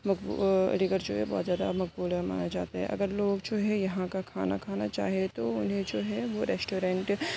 علی گڑھ جو ہے بہت زیادہ مقبول مانا جاتا ہے اگر لوگ جو ہے یہاں کا کھانا کھانا چاہے تو انہیں جو ہے وہ ریسٹورینٹ